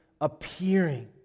appearing